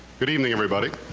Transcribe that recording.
good evening, everybody.